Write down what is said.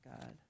God